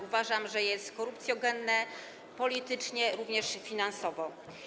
Uważam, że jest korupcjogenne politycznie, również finansowo.